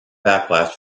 backlash